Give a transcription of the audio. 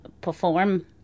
perform